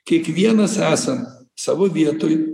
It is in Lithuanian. kiekvienas esam savo vietoj